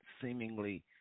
seemingly